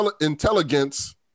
intelligence